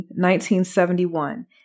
1971